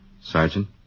Sergeant